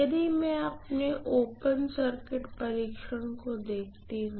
यदि मैं open circuit परीक्षण को देखती हूँ